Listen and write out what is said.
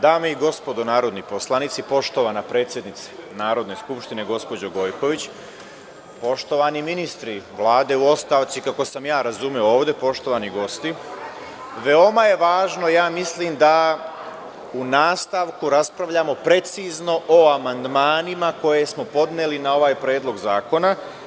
Dame i gospodo narodni poslanici, poštovana predsednice Narodne skupštine, gospođo Gojković, poštovani ministri Vlade u ostavci kako sam ja razumeo ovde, poštovani gosti, veoma je važno da u nastavku raspravljamo precizno o amandmanima koje smo podneli na ovaj predlog zakona.